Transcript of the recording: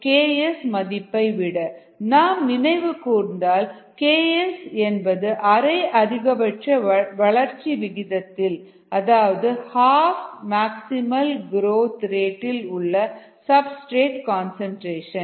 S≫KS நாம் நினைவு கூர்ந்தால் Ks என்பது அரை அதிகபட்ச வளர்ச்சி விகிதத்தில் அதாவது ஹாஃப் மேக்ஸிமல் குரோத் ரேட் உள்ள சப்ஸ்டிரேட் கன்சன்ட்ரேஷன்